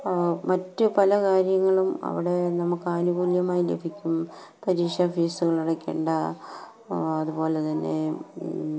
മറ്റു പല കാര്യങ്ങളും അവിടെ നമുക്ക് ആനുകൂല്യമായി ലഭിക്കും പരീക്ഷാഫീസുകള് അടയ്ക്കേണ്ട അതുപോലെ തന്നെ